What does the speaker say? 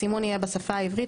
הסימון יהיה בשפה העברית,